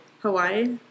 Hawaii